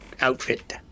outfit